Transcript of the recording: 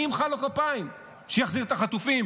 אני אמחא לו כפיים כשיחזיר את החטופים.